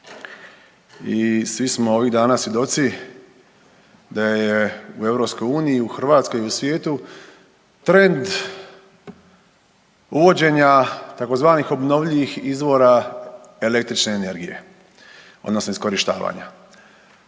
i svi smo ovih dana svjedoci da je u EU, u Hrvatskoj i u svijetu trend uvođenja tzv. obnovljivih izvora električne energije odnosno iskorištavanja.